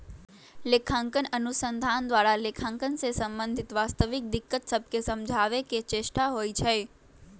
लेखांकन अनुसंधान द्वारा लेखांकन से संबंधित वास्तविक दिक्कत सभके समझाबे के चेष्टा होइ छइ